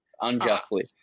unjustly